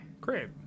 great